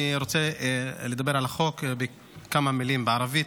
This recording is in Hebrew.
אני רוצה לדבר על החוק בכמה מילים בערבית.